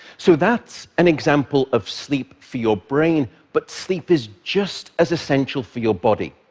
so that's an example of sleep for your brain, but sleep is just as essential for your body.